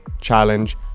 challenge